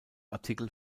artikel